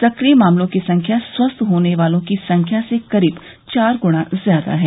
सक्रिय मामलों की संख्या स्वस्थ होने वालों की संख्या से करीब चार गुणा ज्यादा है